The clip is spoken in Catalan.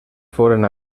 foren